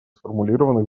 сформулированных